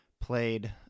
played